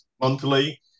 monthly